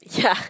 yeah